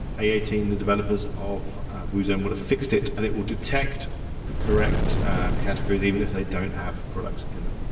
ah aa-team, the developers of woozone will have fixed it and it will detect the correct categories, even if they don't have products in them.